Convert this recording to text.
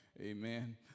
Amen